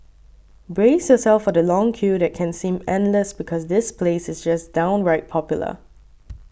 brace yourself for the long queue that can seem endless because this place is just downright popular